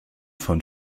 von